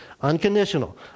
Unconditional